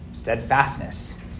steadfastness